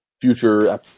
Future